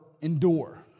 endure